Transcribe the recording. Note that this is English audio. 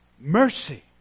Mercy